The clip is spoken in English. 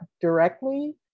directly